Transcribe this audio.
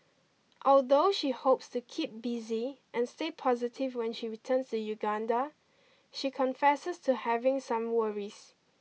although she hopes to keep busy and stay positive when she returns to Uganda she confesses to having some worries